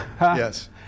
Yes